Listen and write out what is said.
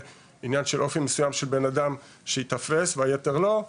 של אופי מסוים של בן אדם שייתפס והיתר לא,